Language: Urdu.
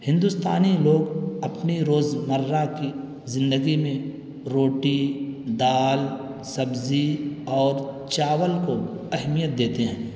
ہندوستانی لوگ اپنی روز مرہ کی زندگی میں روٹی دال سبزی اور چاول کو اہمیت دیتے ہیں